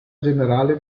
generale